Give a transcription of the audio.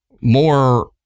more